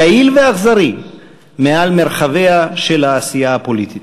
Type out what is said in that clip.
יעיל ואכזרי מעל מרחביה של העשייה הפוליטית.